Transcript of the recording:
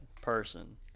person